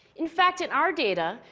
in fact, in our data,